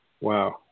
Wow